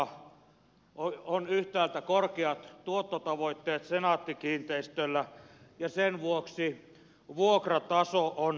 senaatti kiinteistöillä on yhtäältä korkeat tuottotavoitteet ja sen vuoksi vuokrataso on kohtuuton